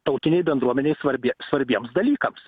tautinei bendruomenei svarbi svarbiems dalykams